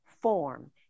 form